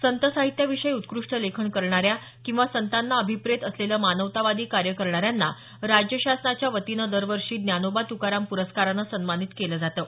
संत साहित्याविषयी उत्कृष्ट लेखन करणाऱ्या किंवा संतांना अभिप्रेत असलेलं मानवतावादी कार्य करणाऱ्यांना राज्य शासनाच्या वतीनं दर वर्षी ज्ञानोबा तुकाराम पुरस्कारानं सन्मानित केलं जातं